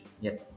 Yes